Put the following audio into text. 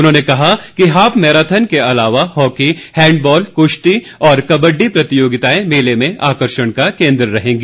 उन्होंने कहा कि हाफ मैराथन के अलावा हॉकी हैंडबॉल कुश्ती और कबड्डी प्रतियोगिताएं मेले में आकर्षण का केन्द्र रहेंगी